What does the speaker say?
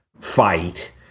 fight